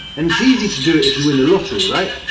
and it's easy to do it if you win the lottery, right?